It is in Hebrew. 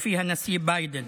לפי הנשיא ביידן.